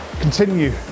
continue